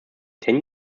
ten